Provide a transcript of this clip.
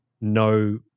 no